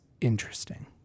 interesting